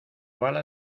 bala